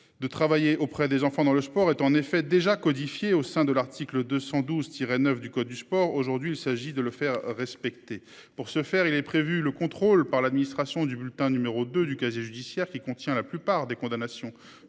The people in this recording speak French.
De travailler auprès des enfants dans le sport est en effet déjà codifié au sein de l'article 212 tiré 9 du code du sport aujourd'hui. Il s'agit de le faire respecter. Pour ce faire, il est prévu, le contrôle par l'administration du bulletin numéro 2 du casier judiciaire qui contient la plupart des condamnations